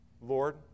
Lord